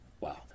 Wow